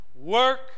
work